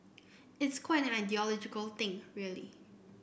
it's quite an ideological thing really